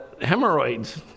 hemorrhoids